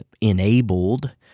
enabled